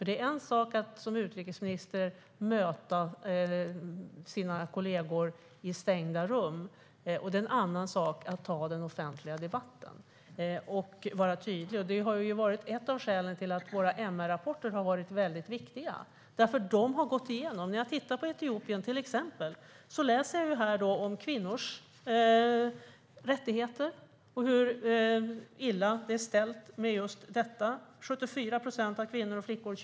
Det är en sak att som utrikesminister möta sina kollegor i stängda rum och en annan sak att ta den offentliga debatten och vara tydlig. Detta har varit ett av skälen till att våra MR-rapporter har varit viktiga. De har gått igenom. När jag ser på vad det står om Etiopien, till exempel, kan jag läsa om kvinnors rättigheter och hur illa ställt det är med just detta. Exempelvis könsstympas 74 procent av kvinnorna och flickorna.